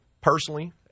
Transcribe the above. personally